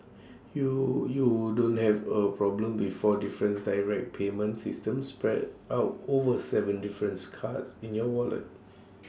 you you don't have A problem with four different direct payment systems spread out over Seven different cards in your wallet